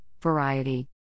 variety